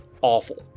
awful